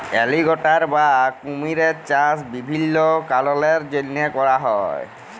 alligator বা কুমিরের চাষ বিভিল্ল্য কারলের জ্যনহে ক্যরা হ্যয়